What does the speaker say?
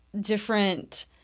different